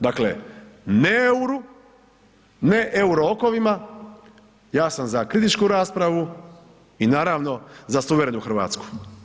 Dakle ne euru, ne euro okovima, ja sam za kritičku raspravu i naravno za suverenu Hrvatsku.